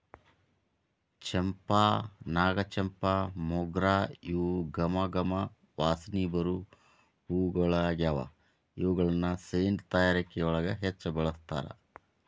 ಚಂಪಾ, ನಾಗಚಂಪಾ, ಮೊಗ್ರ ಇವು ಗಮ ಗಮ ವಾಸನಿ ಬರು ಹೂಗಳಗ್ಯಾವ, ಇವುಗಳನ್ನ ಸೆಂಟ್ ತಯಾರಿಕೆಯೊಳಗ ಹೆಚ್ಚ್ ಬಳಸ್ತಾರ